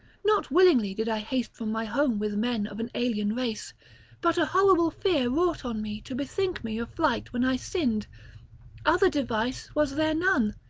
not willingly did i haste from my home with men of an alien race but a horrible fear wrought on me to bethink me of flight when i sinned other device was there none.